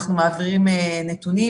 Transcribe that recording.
אנחנו מעבירים נתונים.